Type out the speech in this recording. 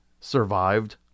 survived